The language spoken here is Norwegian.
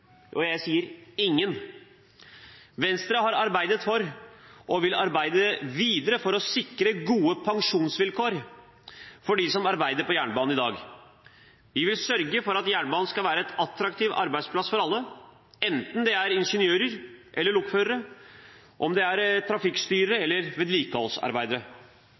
og jeg sier ingen. Venstre har arbeidet for og vil arbeide videre for å sikre gode pensjonsvilkår for dem som arbeider på jernbanen i dag. Vi vil sørge for at jernbanen skal være en attraktiv arbeidsplass for alle, enten det er ingeniører eller lokførere, om det er trafikkstyrere eller vedlikeholdsarbeidere.